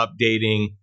updating